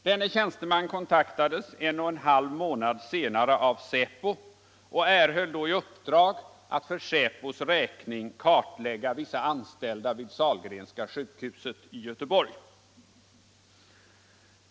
Denne tjänsteman kontaktades en och en halv månad senare av säpo och erhöll då i uppdrag att för säpos räkning kartlägga vissa anställda vid Sahlgrenska sjukhuset i Göteborg.